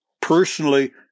personally